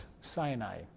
Sinai